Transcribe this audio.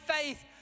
faith